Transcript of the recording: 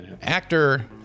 Actor